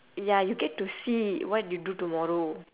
ya you get to see what you do tomorrow